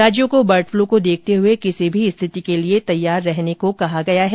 राज्यों को bird flu को देखते हुए किसी भी स्थिति के लिए तैयार रहने को कहा गया है